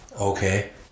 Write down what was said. Okay